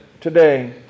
today